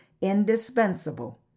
indispensable